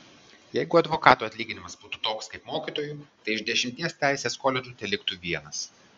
jeigu advokatų atlyginimas būtų toks kaip mokytojų tai iš dešimties teisės koledžų teliktų vienas